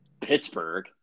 Pittsburgh